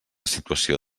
situació